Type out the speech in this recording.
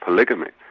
polygamy,